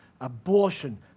abortion